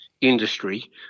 industry